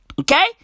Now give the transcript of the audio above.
Okay